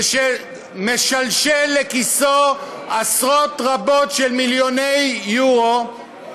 ומשלשל לכיסו עשרות רבות של מיליוני יורו, לא,